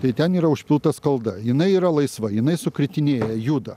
tai ten yra užpilta skalda jinai yra laisva jinai sukritinėja juda